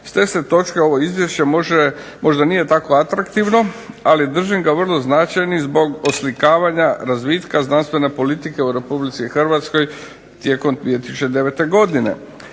S te se točke ove izvješće može, možda nije tako atraktivno, ali držim ga vrlo značajnim zbog oslikavanja razvitka znanstvene politike u RH tijekom 2009. godine.